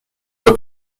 voie